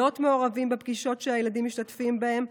להיות מעורבים בפגישות שהילדים משתתפים בהם,